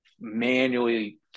manually